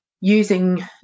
using